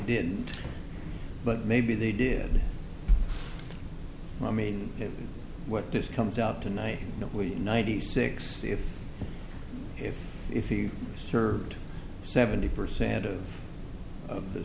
didn't but maybe they did i mean what this comes out tonight ninety six if if if he served seventy percent of the